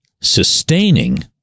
Sustaining